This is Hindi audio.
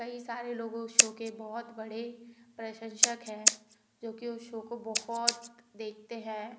कई सारे लोग उस शो के बहुत बड़े प्रशंसक है जो कि उस शो को बहुत देखते हैं